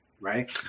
right